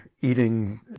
eating